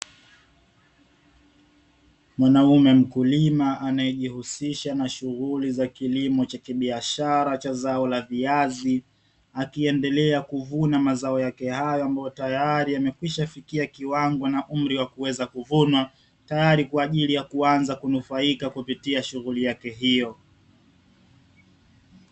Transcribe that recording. Mwanaume mkulima anayejihusisha na shughuli za kilimo cha kibiashara cha zao la viazi. Akiendelea kuvuna mazao yake hayo, ambayo tayari yamekwisha fikia kiwango na umri wa kuweza kuvunwa. Tayari kwa ajili ya kuanza kunufaika kupitia shughuli yake hiyo.